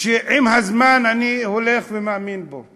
שעם הזמן אני הולך ומאמין בו: